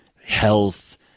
health